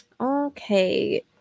okay